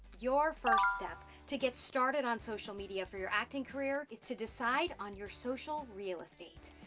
your first step, to get started on social media for your acting career, is to decide on your social real estate.